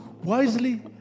wisely